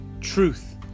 truth